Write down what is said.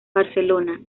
barcelona